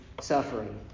suffering